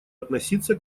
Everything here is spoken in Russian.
относиться